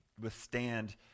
withstand